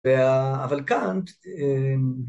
אבל כאן